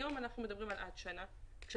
היום אנחנו מדברים על עד גיל שנה כאשר